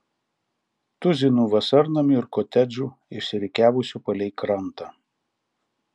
tuzinų vasarnamių ir kotedžų išsirikiavusių palei krantą